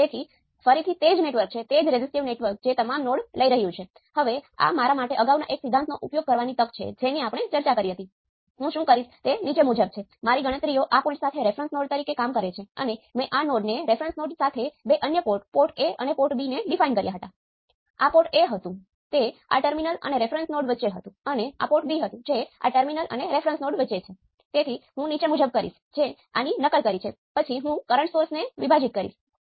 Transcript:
તેથી હંમેશની જેમ આ A અને B છે અને આ VAB છે અને પ્રથમ પગલું અહીં Vtest ને લાગુ કરવાનું છે અને અહીં Vi ને પણ 0 પર નિશ્ચિત કરવાનું છે